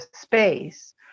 space